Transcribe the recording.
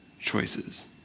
choices